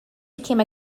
became